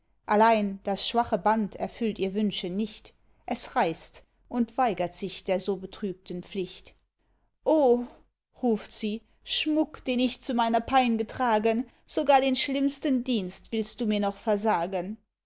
allein das schwache band erfüllt ihr wünschen nicht es reißt und weigert sich der so betrübten pflicht o ruft sie schmuck den ich zu meiner pein getragen sogar den schlimmsten dienst will du mir noch versagen